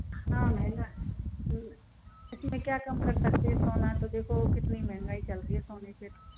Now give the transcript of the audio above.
हाँ महंगा इसमें क्या कम कर सकते हैं सोना तो देखो कितनी महंगाई चलती है सोने पे तो